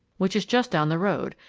which is just down the road,